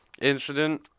incident